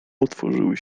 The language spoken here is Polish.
otworzyły